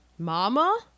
Mama